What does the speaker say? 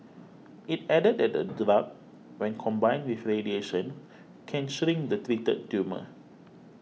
it added that the drug when combined with radiation can shrink the treated tumour